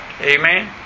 Amen